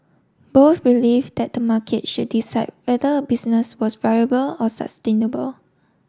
both believed the market should decide whether a business was viable or sustainable